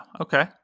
Okay